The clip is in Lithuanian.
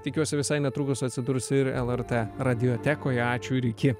tikiuosi visai netrukus atsidurs ir lrt radiotekoje ačiū ir iki